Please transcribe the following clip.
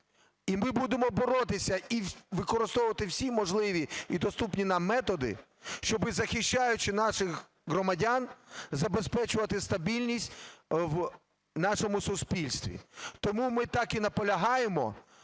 І ми будемо боротися і використовувати всі можливі і доступні нам методи, щоби, захищаючи наших громадян, забезпечувати стабільність в нашому суспільстві. Тому ми так і наполягаємо